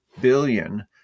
billion